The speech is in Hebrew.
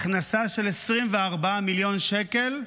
הכנסה של 24 מיליון שקל.